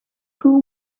two